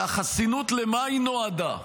והחסינות, למה היא נועדה?